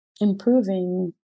improving